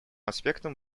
аспектам